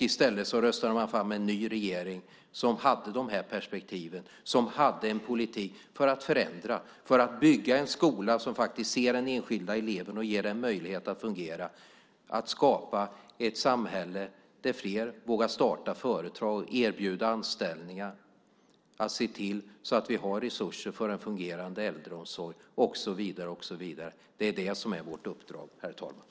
I stället röstade man fram en ny regering som hade de perspektiven och en politik för att förändra och bygga en skola som ser den enskilda eleven och ger den möjlighet att fungera, en politik för att skapa ett samhälle där fler vågar starta företag och erbjuda anställning och för att se till att vi har resurser för en fungerande äldreomsorg och så vidare. Det är vårt uppdrag, herr talman.